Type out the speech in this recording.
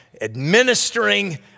administering